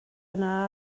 yna